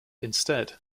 instead